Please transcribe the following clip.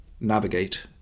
navigate